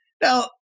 Now